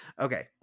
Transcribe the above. Okay